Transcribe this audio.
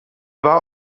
war